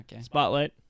Spotlight